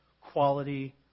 quality